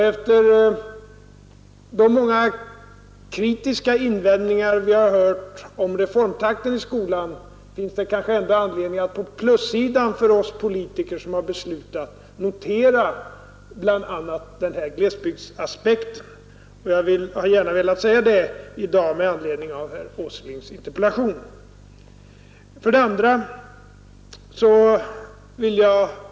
Efter de många kritiska invändningar vi hört om reformtakten i skolan finns det kanske ändå anledning för oss politiker som beslutat att på plussidan notera bl.a. den nämnda glesbygdsaspekten. Jag har med anledning av herr Åslings interpellation gärna velat säga detta.